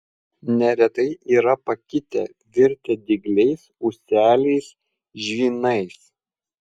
neretai yra pakitę virtę dygliais ūseliais žvynais